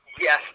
yes